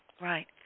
Right